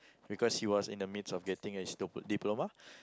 because he was in the midst of getting his d~ diploma